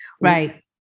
Right